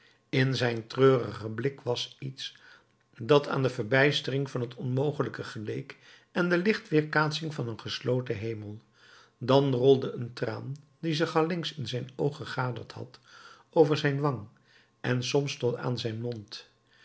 in zijn treurigen blik was iets dat aan de verbijstering van het onmogelijke geleek en de lichtweerkaatsing van een gesloten hemel dan rolde een traan die zich allengs in zijn oog vergaderd had over zijn wang en soms tot aan zijn mond